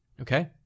Okay